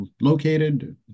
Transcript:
located